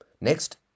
Next